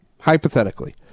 hypothetically